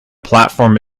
platform